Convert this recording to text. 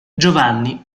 giovanni